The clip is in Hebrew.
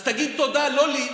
אז תגיד תודה לא לי,